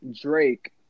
Drake